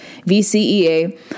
VCEA